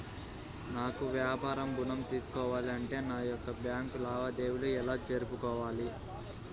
నాకు వ్యాపారం ఋణం తీసుకోవాలి అంటే నా యొక్క బ్యాంకు లావాదేవీలు ఎలా జరుపుకోవాలి?